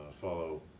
follow